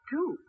Two